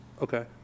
Okay